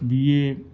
B A